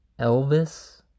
Elvis